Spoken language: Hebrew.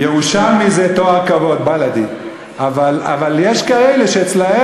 "ירושלמי" זה תואר כבוד, בלאדי, אבל יש כאלה שאצלם